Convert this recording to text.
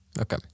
Okay